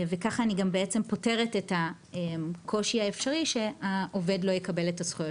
כך אני גם פותרת את הקושי האפשרי שהעובד לא יקבל את הזכויות